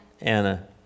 Anna